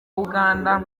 uganda